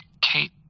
Kate